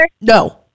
No